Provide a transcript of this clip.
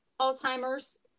Alzheimer's